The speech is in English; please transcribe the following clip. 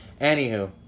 anywho